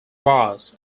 bars